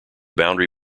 boundary